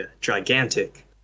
gigantic